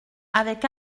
avec